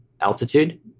altitude